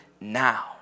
now